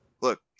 Look